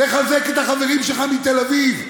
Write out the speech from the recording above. לחזק את החברים שלך מתל אביב,